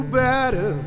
better